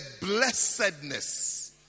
blessedness